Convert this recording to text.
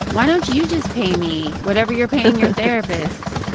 why don't you just pay me. whatever you're paying your therapist?